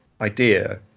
idea